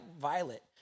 Violet